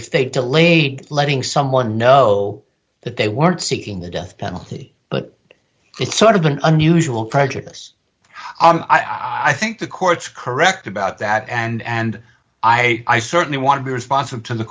they delayed letting someone know that they weren't seeking the death penalty but it's sort of an unusual prejudice i think the court's correct about that and i i certainly want to be responsive to the